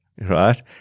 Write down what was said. Right